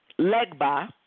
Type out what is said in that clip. Legba